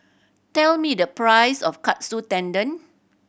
tell me the price of Katsu Tendon